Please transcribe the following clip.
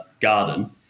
garden